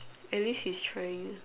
at least he's trying